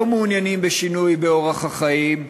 לא מעוניינים בשינוי באורח החיים,